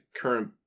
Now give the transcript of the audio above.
current